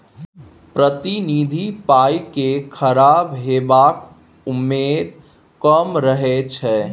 प्रतिनिधि पाइ केँ खराब हेबाक उम्मेद कम रहै छै